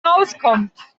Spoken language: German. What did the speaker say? rauskommt